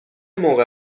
موقع